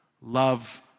love